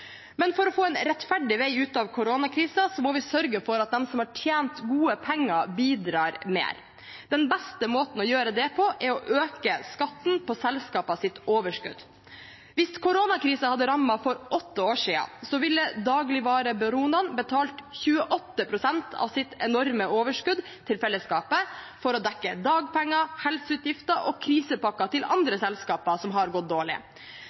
Men for å få en rettferdig vei ut av koronakrisen må vi sørge for at de som har tjent gode penger, bidrar mer. Den beste måten å gjøre det på, er å øke skatten på selskapenes overskudd. Hvis koronakrisen hadde rammet for åtte år siden, ville dagligvarebaronene betalt 28 pst. av sitt enorme overskudd til fellesskapet for å dekke dagpenger, helseutgifter og krisepakker til andre selskaper som har gått dårlig,